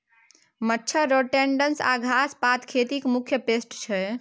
मच्छर, रोडेन्ट्स आ घास पात खेतीक मुख्य पेस्ट छै